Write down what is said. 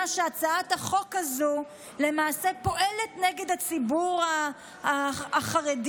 שהצעת החוק הזו למעשה פועלת נגד הציבור החרדי,